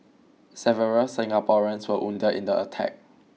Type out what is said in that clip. several Singaporeans were wounded in the attack